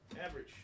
average